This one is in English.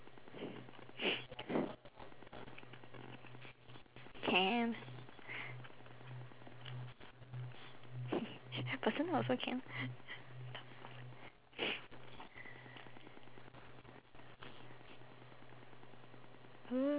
can personal also can